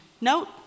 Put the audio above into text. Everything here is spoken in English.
Note